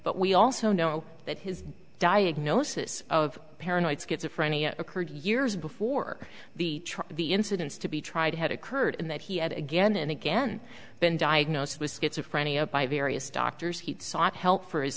but we also know that his diagnosis of paranoid schizophrenia occurred years before the trial the incidents to be tried had occurred and that he had again and again been diagnosed with schizophrenia by various doctors he sought help for his